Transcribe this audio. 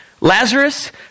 Lazarus